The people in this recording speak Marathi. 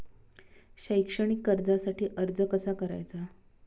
शैक्षणिक कर्जासाठी अर्ज कसा करायचा?